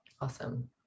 Awesome